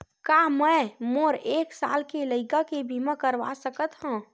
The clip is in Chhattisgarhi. का मै मोर एक साल के लइका के बीमा करवा सकत हव?